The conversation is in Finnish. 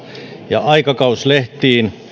ja aikakauslehtiin